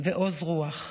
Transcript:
ועוז רוח.